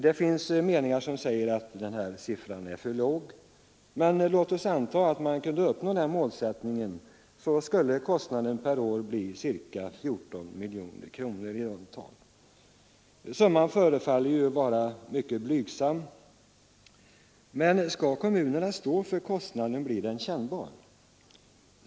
Det finns meningsriktningar som hävdar att denna siffra är för låg, men låt oss anta att man kunde uppnå den målsättningen, då skulle kostnaderna per år bli ca 14 miljoner kronor i runt tal. Summan förefaller vara mycket blygsam, men skall kommunerna stå för kostnaden blir den kännbar för dem.